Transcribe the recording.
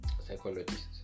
psychologist